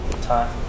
time